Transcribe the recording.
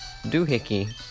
doohickey